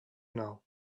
know